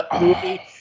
movie